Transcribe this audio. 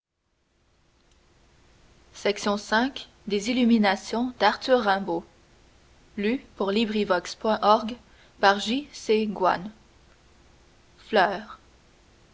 des illuminations de rimbaud